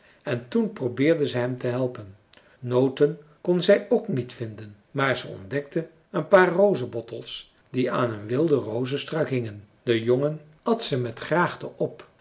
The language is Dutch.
en toen probeerde ze hem te helpen noten kon zij ook niet vinden maar ze ontdekte een paar rozebottels die aan een wilde rozestruik hingen de jongen at ze met graagte op